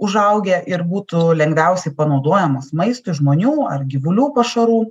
užaugę ir būtų lengviausiai panaudojamos maistui žmonių ar gyvulių pašarų